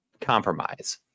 compromise